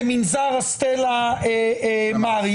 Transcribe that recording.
במנזר סטלה מאריס.